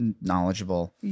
knowledgeable